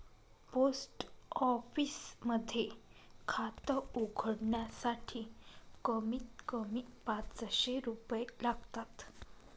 post office मध्ये खात उघडण्यासाठी कमीत कमी पाचशे रुपये लागतात